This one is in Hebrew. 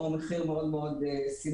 או מחיר מאוד סמלי,